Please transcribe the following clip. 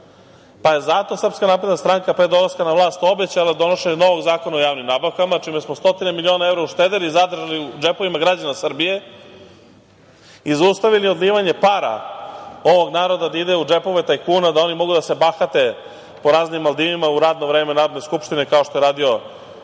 pa je zato SNS pre dolaska na vlast obećala donošenje novog Zakona o javnim nabavkama, čime smo stotine miliona evra uštedeli u zadržali u džepovima građana Srbije i zaustavili odlivanje para ovog naroda da ide u džepove tajkuna, da oni mogu da se bahate po raznim Maldivima u radno vreme Narodne skupštine, kao što je radio